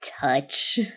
touch